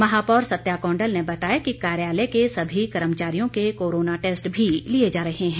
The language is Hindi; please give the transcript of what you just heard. माहापौर सत्या कोंडल ने बताया कि कार्यालय के सभी कर्मचारियों के कोरोना टेस्ट भी लिए जा रहे हैं